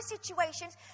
situations